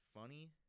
funny